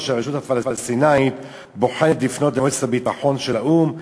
הרשות הפלסטינית בוחרת לפנות למועצת הביטחון של האו"ם.